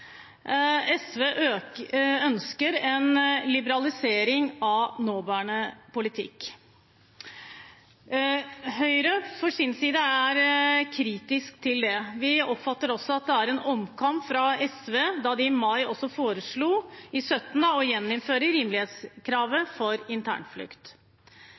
SV ønsker en liberalisering av nåværende politikk. Høyre på sin side er kritisk til det. Vi oppfatter også at det er en omkamp fra SV, da de i mai 2017 foreslo å gjeninnføre rimelighetskravet for internflukt.